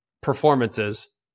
performances